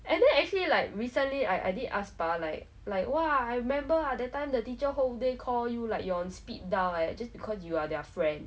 and then actually like recently I I did ask pa like like !wah! I remember ah that time the teacher whole day call you like you're on speed dial leh just because you are their friend